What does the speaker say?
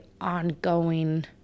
ongoing